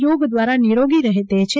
યોગ ધ્વારા નીરોગી રહે તે છે